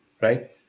right